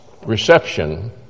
Reception